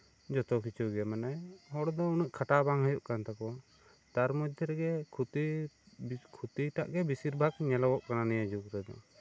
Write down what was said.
ᱡᱚᱛᱚ ᱠᱤᱪᱷᱩᱜᱮ ᱦᱚᱲ ᱫᱚ ᱩᱱᱟᱹᱜ ᱠᱷᱟᱴᱟᱣ ᱵᱟᱝ ᱦᱩᱭᱩᱜ ᱠᱟᱱ ᱛᱟᱠᱚᱣᱟ ᱛᱟᱨ ᱢᱚᱫᱽᱫᱷᱮ ᱨᱮᱜᱮ ᱠᱷᱚᱛᱤ ᱠᱷᱚᱛᱤ ᱴᱟᱜ ᱜᱮ ᱵᱮᱥᱤᱨ ᱵᱷᱟᱜᱽ ᱧᱮᱞᱚᱜ ᱠᱟᱱᱟ ᱱᱤᱭᱟᱹ ᱡᱩᱜᱽ ᱨᱮᱫᱚ